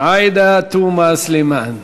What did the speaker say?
עאידה תומא סלימאן.